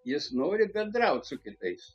jis nori bendraut su kitais